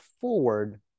forward